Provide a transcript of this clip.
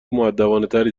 مودبانهتری